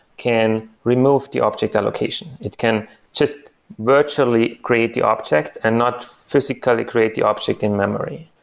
can remove the object allocation. it can just virtually create the object and not physically create the object in memory.